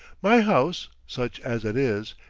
my house, such as it is,